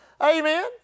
Amen